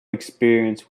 experience